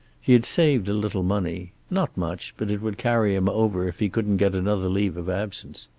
he had saved a little money. not much, but it would carry him over if he couldn't get another leave of absence.